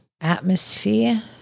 atmosphere